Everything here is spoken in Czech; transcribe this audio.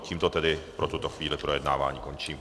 Tímto tedy pro tuto chvíli projednávání končím.